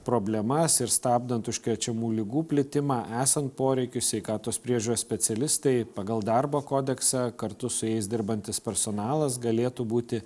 problemas ir stabdant užkrečiamų ligų plitimą esant poreikiui sveikatos priežiūros specialistai pagal darbo kodeksą kartu su jais dirbantis personalas galėtų būti